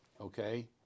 okay